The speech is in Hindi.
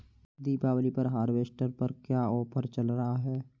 दीपावली पर हार्वेस्टर पर क्या ऑफर चल रहा है?